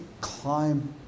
climb